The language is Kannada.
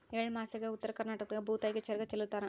ಎಳ್ಳಮಾಸ್ಯಾಗ ಉತ್ತರ ಕರ್ನಾಟಕದಾಗ ಭೂತಾಯಿಗೆ ಚರಗ ಚೆಲ್ಲುತಾರ